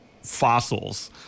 fossils